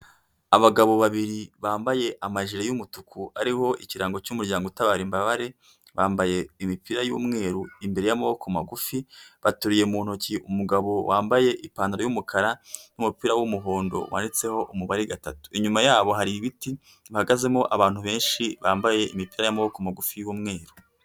Abagabo babiri bambaye amajili y'umutuku ariho ikirango cy' umuryango utabara imbabare bambaye imipira y' umweru imbere y'amaboko magufi baturiye mu ntoki umugabo wambaye ipantaro y' umukara n' umupira w' umuhondo wanditseho umubare gatatu inyuma yabo hari ibiti bihagazemo abantu benshi bambaye imipira y' amaboko magufi y'umweru.